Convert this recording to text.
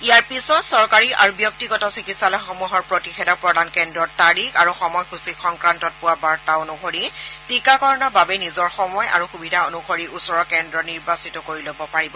ইয়াৰ পিছত চৰকাৰী আৰু ব্যক্তিগত চিকিৎসালয়সমূহৰ প্ৰতিষেধক প্ৰদান কেন্দ্ৰৰ তাৰিখ আৰু সময়সূচী সংক্ৰান্তত পোৱা বাৰ্তা অনুসৰি টীকাকৰণৰ বাবে নিজৰ সময় আৰু সুবিধা অনুসৰি ওচৰৰ কেন্দ্ৰ নিৰ্বাচিত কৰি ল'ব পাৰিব